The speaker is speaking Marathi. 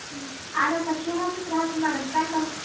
आता तर शहरातच राहतो मॅडम काय करा